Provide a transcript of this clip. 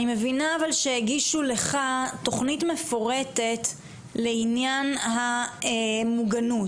אני מבינה אבל שהגישו לך תוכנית מפורטת לעניין המוגנות,